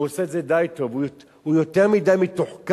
והוא עושה את זה די טוב, הוא יותר מדי מתוחכם